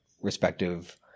respective